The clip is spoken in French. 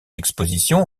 expositions